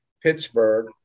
Pittsburgh